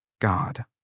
God